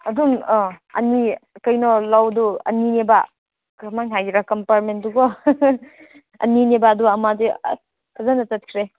ꯑꯗꯨꯝ ꯑꯥ ꯑꯅꯤ ꯀꯩꯅꯣ ꯂꯧꯗꯨ ꯑꯅꯤꯅꯦꯕ ꯀꯔꯝ ꯍꯥꯏꯅ ꯍꯥꯏꯒꯦꯔ ꯀꯝꯄꯥꯔꯠꯃꯦꯟꯗꯨꯀꯣ ꯑꯅꯤꯅꯦꯕ ꯑꯗꯨ ꯑꯃꯗꯤ ꯑꯁ ꯐꯖꯅ ꯆꯠꯈ꯭ꯔꯦ